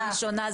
לראשונה.